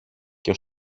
και